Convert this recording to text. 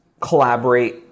collaborate